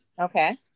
Okay